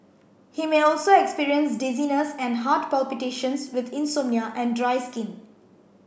he may also experience dizziness and heart palpitations with insomnia and dry skin